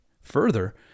further